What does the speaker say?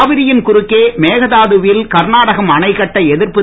காவிரியின் குறுக்கே மேகதாதுவில் கர்நாடகம் அணை கட்ட எதிர்ப்பு